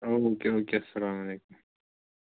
او okay او کے اسلام علیکُم